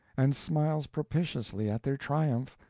and smiles propitiously at their triumph,